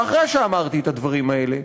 ואחרי שאמרתי את הדברים האלה,